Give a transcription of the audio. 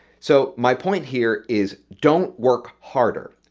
so my point here is don't work harder,